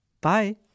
Bye